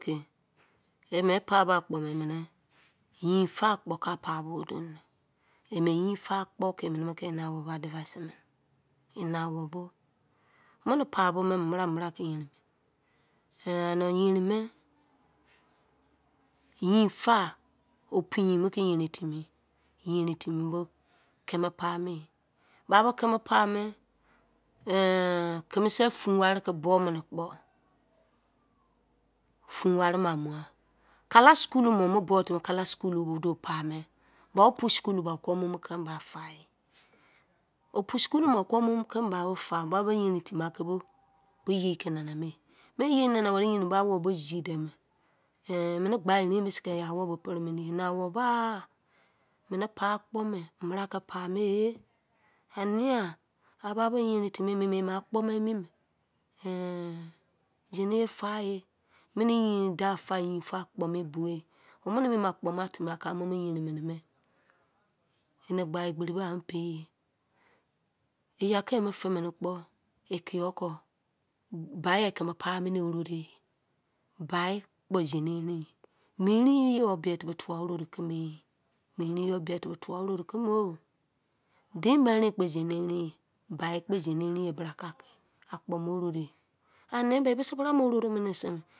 Ime pabo akpo me imini yin fa akpo ka paa bo duorie ime yin fa akpo ki ime ini awoubo adivaisi mini ini awoubo womini paa bome me bra me bra ke yerin me ehin yerin me yin fa opu yin mo yerin me yin fa opu yin mo yerin timi yerin timi bo kimi pame bnabo kimi pame babo kimi pame kimise fun wari ki bomini kpo fun wari ki bomini kpo fun warima mughan kala skulu me omu timi kala skulu duo pame ba opu skulu ba wo duo pame ba opu skulu ba wo konmuum kimi ba fa e opu skulu ma wo kopnmuum kimi ba bo fa wo ba bo yeein timi ba bo yeiki nana me me yei nama weri ba bo awoubo zide me imini gna ereinbose ka ini awoubo pri mini ye ini awou na a imini pa akpo me me bra ki pame ania a ba bo yerin timi iniemi ime akpo ma emi me ehn zini eye fae emini yin fa dau fa akpo me e buwe womini me emi me akpo matimi amomo yeein mini me ini gna egberibo amo peiye oya kia mo fi mini kpo ekiyuo kon bai ya kimi paa mini orodo e bai kpo zini erein ye mi erein yo bietibi tua onodo kime e mi erein yo bietibi twa orodo kymo o dein bai erein kpo zini erein ye bai kpo zini erein ye bra ka ki akpo mi ororo e. Anii bo e misi bramo roro minise.